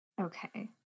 Okay